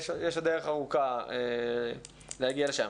יש עוד דרך ארוכה להגיע לשם.